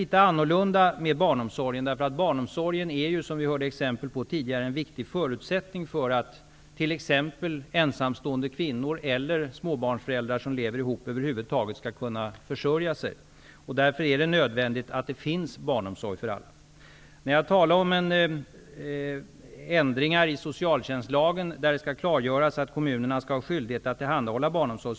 Litet annorlunda förhåller det sig med barnomsorgen, därför att barnomsorgen -- det framgick av ett tidigare exempel -- är en viktig förutsättning för att t.ex. ensamstående kvinnor eller småbarnsföräldrar som lever ihop över huvud taget skall kunna försörja sig. Därför är det nödvändigt att det finns barnomsorg för alla. Jag talade om ändringar i socialtjänstlagen där det skall klargöras att kommunerna skall ha skyldighet att tillhandahålla barnomsorg.